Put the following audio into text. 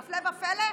והפלא ופלא,